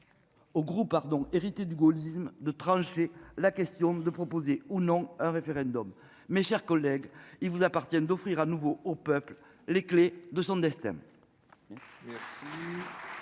Au groupe pardon héritée du gaullisme de trancher la question de proposer ou non un référendum. Mes chers collègues. Il vous appartient d'offrir à nouveau au peuple les clés de son destin.